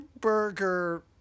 Burger